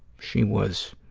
she was,